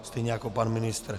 Stejně jako pan ministr.